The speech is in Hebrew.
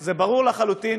זה ברור לחלוטין,